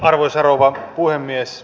arvoisa rouva puhemies